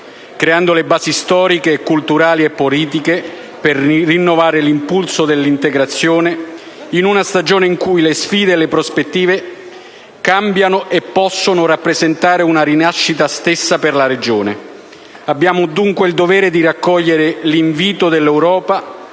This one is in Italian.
creando le basi storiche, culturali e politiche per rinnovare l'impulso dell'integrazione, in una stagione in cui le sfide e le prospettive cambiano e possono rappresentare una possibilità di rinascita per la regione. Abbiamo dunque il dovere di raccogliere l'invito dell'Europa,